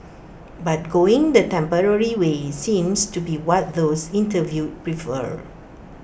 but going the temporary way seems to be what those interviewed prefer